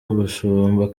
umushumba